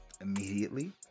immediately